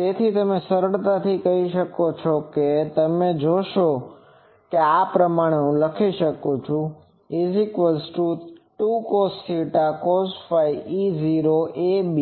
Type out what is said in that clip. તેથી તમે સરળતાથી કરી શકો છો અને તમે જોશો કે આ હું લખી શકું છું કે 2cosθ cosɸ E0 ab